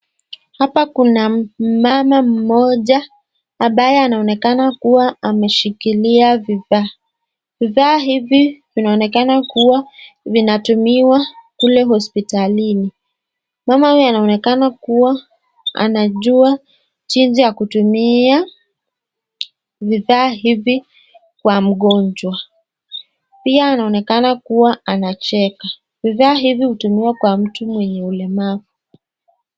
Hapa kuna mama mmoja ambaye anaonekana kuwa ameshikilia vifaa, vifaa hivi vinaonekana kuwa vinatumiwa kule hospitalini. Mama huyu anaonekana kuwa anajua jinsi ya kutumia vifaa hivi kwa mgonjwa, pia anaoneka kuwa anacheka. Vifaa hivi hutumiwa kwa mtu mwenye ulemavu.